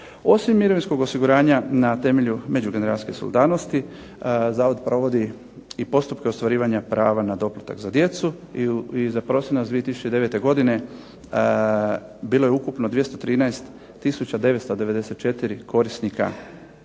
Osim mirovinskog osiguranja na temelju međugeneracijske solidarnosti Zavod provodi i postupke ostvarivanje prava na doplatak za djecu i za prosinac 2009. godine bilo je ukupno 213994 korisnika doplatka